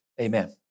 Amen